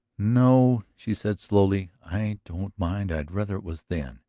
no, she said slowly. i don't mind. i'd rather it was then.